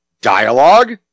Dialogue